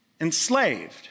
enslaved